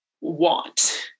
want